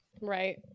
Right